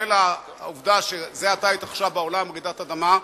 כולל העובדה שזה עתה התרחשה בעולם רעידת אדמה,